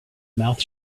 mouth